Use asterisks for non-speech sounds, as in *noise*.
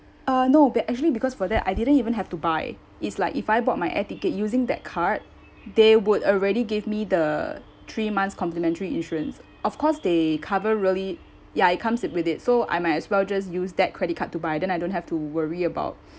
uh no but actually because for that I didn't even have to buy it's like if I bought my air ticket using that card they would already gave me the three months complimentary insurance of course they cover really ya it comes it with it so I might as well just use that credit card to buy then I don't have to worry about *breath*